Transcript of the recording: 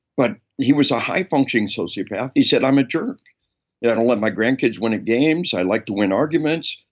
but he was a high-functioning sociopath. he said i'm a jerk. i yeah don't let my grandkids win at games. i like to win arguments.